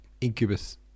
Incubus